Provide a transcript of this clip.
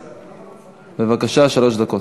בבקשה.